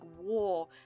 war